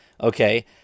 Okay